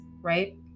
right